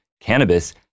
cannabis